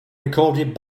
recorded